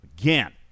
Again